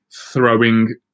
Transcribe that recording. throwing